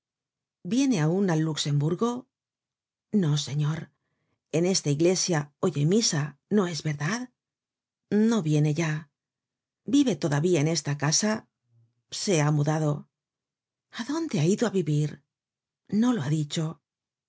viene aun al luxemburgo no señor en esta iglesia oye mi sa no es verdad no viene ya vive todavía en esta casa se ha mudado a dónde ha ido á vivir no lo ha dicho